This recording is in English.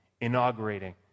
inaugurating